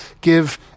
give